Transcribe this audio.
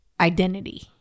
identity